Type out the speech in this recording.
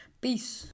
Peace